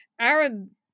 Aaron